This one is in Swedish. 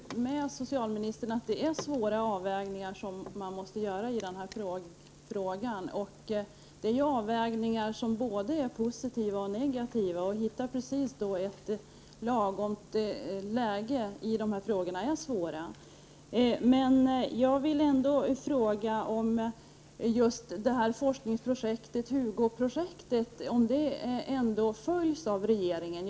Herr talman! Jag håller med socialministern om att det är svåra avvägningar som måste göras i dessa frågor. Det är avvägningar som både är positiva och negativa. Att hitta ett precis lagom läge i de här frågorna är svårt. Jag vill ändå fråga om just forskningsprojektet Hugo i alla fall följs av regeringen.